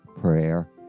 prayer